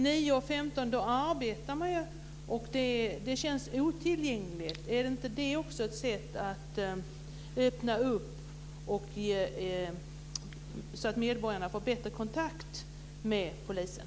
9 och kl. 15 arbetar ju folk. Det känns otillgängligt. Är inte det också ett sätt att öppna upp och så att medborgarna får bättre kontakt med polisen?